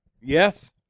Yes